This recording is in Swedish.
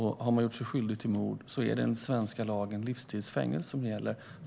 Har man gjort sig skyldig till mord är det enligt svensk lag livstids fängelse som gäller.